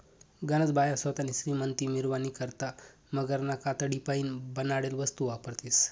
गनज बाया सोतानी श्रीमंती मिरावानी करता मगरना कातडीपाईन बनाडेल वस्तू वापरतीस